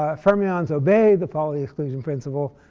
ah fermions obey the pauli exclusion principle,